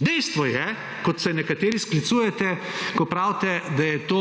Dejstvo je, kot se nekateri sklicujete, ko pravite, da je to